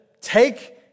take